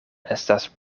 estas